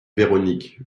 véronique